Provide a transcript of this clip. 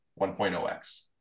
1.0X